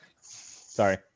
Sorry